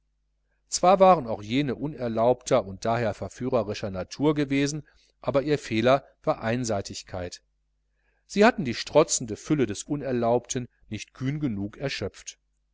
zwar waren auch jene unerlaubter und daher verführerischer natur gewesen aber ihr fehler war einseitigkeit sie hatten die protzende fülle des unerlaubten nicht kühn genug erschöpft